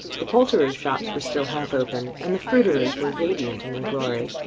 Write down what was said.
the poulterers' shops were still half open, and the fruiterers' were radiant in their glory.